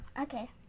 Okay